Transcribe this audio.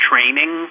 Training